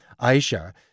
Aisha